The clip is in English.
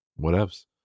whatevs